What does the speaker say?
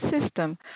System